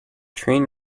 train